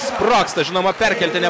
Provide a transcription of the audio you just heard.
sprogsta žinoma perkeltine